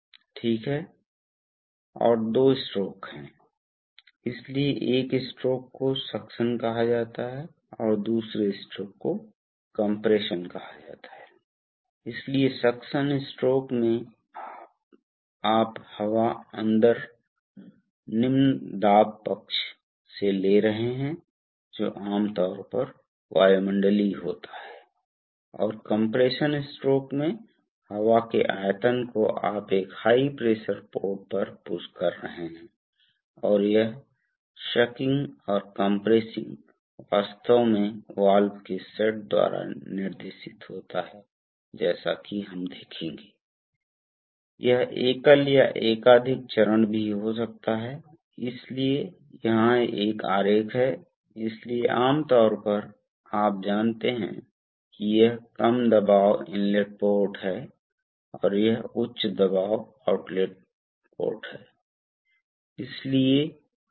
ठीक है दूसरी तरफ अगर आप कनेक्ट करते हैं अगर आप इसे इस तरह से आगे बढ़ाते हैं तो यह इस पोर्ट से जुड़ जाएगा और यह इस पोर्ट से जुड़ जाएगा इसलिए यह स्पूल शिफ्ट कर देगा इस मामले में इस फीडबैक के मामले में एक निश्चित केवल एक निश्चित दूरी को स्थानांतरित करें ताकि आप देखें कि मामले में बल नियंत्रण स्ट्रोक नियंत्रित सोलेनोइड के मामले में आप वास्तव में एक स्थिति ट्रांसड्यूसर लगाते हैं इसलिए आप वास्तव में एक स्थिति ट्रांसड्यूसर डालते हैं और स्ट्रोक देखते हैं और आप प्रतिक्रिया देते हैं उस स्थिति में आप देख सकते हैं कि इस विशेषता के कारण प्रतिक्रिया प्रणाली वाल्व की विशेषता को बहुत बारीकी से नियंत्रित नहीं किया करता है लेकिन स्थिति ट्रांसड्यूसर सटीकता बहुत महत्वपूर्ण है और समग्र आनुपातिक सॉलोनॉइड की विशेषता स्थिर होने जा रही है अभी भी काफी स्थिर है